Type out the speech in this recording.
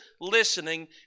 listening